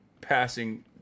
passing